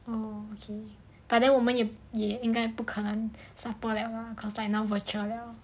oh okay but then 我们也应该不可能 supper 了啦 cause 现在 virtual 了